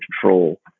control